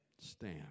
stand